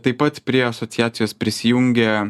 taip pat prie asociacijos prisijungia